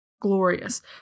glorious